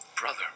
brother